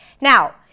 Now